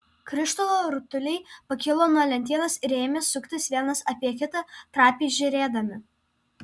krištolo rutuliai pakilo nuo lentynos ir ėmė suktis vienas apie kitą trapiai žėrėdami